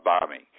bombing